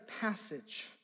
passage